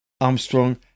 Armstrong